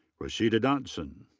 rashida dodson.